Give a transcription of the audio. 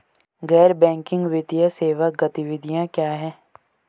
गैर बैंकिंग वित्तीय सेवा गतिविधियाँ क्या हैं?